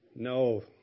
No